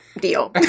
deal